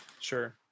Sure